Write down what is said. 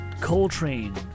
Coltrane